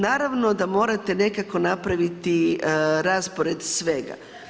Naravno da morate nekako napraviti raspored svega.